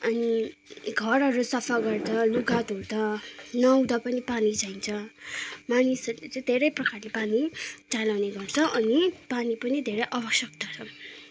अनि घरहरू सफा गर्दा लुगा धुँदा नुहाउँदा पनि पानी चाहिन्छ मानिसहरूले चाहिँ धेरै प्रकारले पानी चलाउने गर्छ अनि पानी पनि धेरै आवश्यक्ता छ